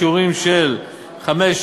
שיעורים של 5%,